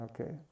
Okay